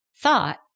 thought